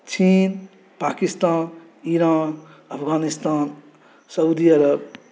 चीन पाकिस्तान ईरान अफगानिस्तान सऊदी अरब